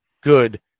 good